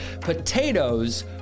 potatoes